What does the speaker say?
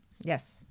yes